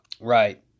Right